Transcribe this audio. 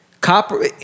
copper